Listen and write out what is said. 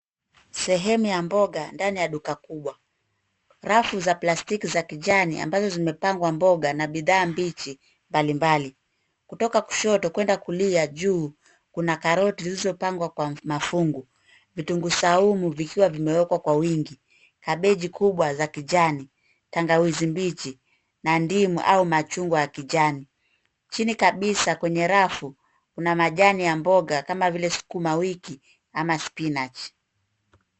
Sehemu ya mboga ndani ya duka kubwa. Rafu za plastiki za kijani ambazo zimepangwa mboga na bidhaa mbichi mbalimbali kutoka kushoto kwenda kulia juu kuna karoti zilizopangwa kwa mafungu. Vitunguu saumu vikiwa vimewekwa kwa wingi kabeji kubwa za kijani, tangawizi mbichi na ndimu au machungwa ya kijani. Chini kabisa kwenye rafu kuna majani ya mboga kama vile sukuma wiki ama spinach .